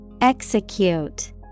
Execute